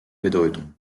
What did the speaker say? bedeutung